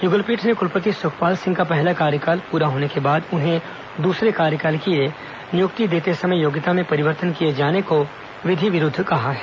युगल पीठ ने क्लपति सुखपाल सिंह का पहला कार्यकाल पूरा होने के बाद उन्हें दूसरे कार्यकाल के लिए नियुक्ति देते समय योग्यता में परिवर्तन किए जाने को विधि विरूद्व कहा है